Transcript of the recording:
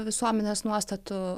visuomenės nuostatų